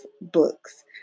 Books